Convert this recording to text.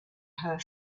her